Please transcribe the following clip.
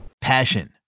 Passion